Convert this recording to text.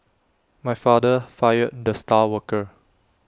my father fired the star worker